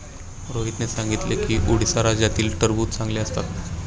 रोहितने सांगितले की उडीसा राज्यातील टरबूज चांगले असतात